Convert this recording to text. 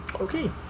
Okay